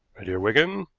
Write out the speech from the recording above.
my dear wigan,